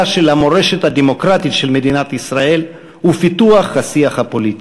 של המורשת הדמוקרטית של מדינת ישראל ופיתוח השיח הפוליטי.